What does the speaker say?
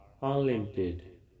unlimited